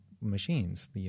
machines